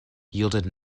yielded